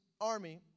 Army